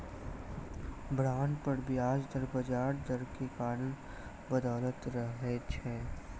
bond पर ब्याज दर बजार दर के कारण बदलैत रहै छै